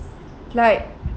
like